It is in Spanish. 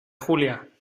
julia